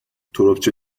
تربچه